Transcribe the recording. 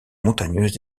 montagneuse